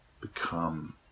become